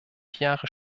jahre